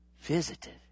visited